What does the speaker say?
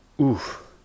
Oof